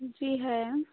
जी है